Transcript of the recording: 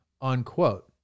unquote